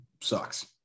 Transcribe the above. sucks